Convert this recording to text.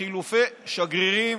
וחילופי שגרירים,